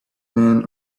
men